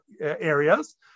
areas